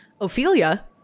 Ophelia